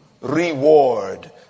reward